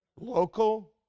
Local